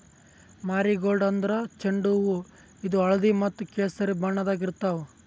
marigold ಅಂದ್ರ ಚೆಂಡು ಹೂವಾ ಇದು ಹಳ್ದಿ ಮತ್ತ್ ಕೆಸರಿ ಬಣ್ಣದಾಗ್ ಇರ್ತವ್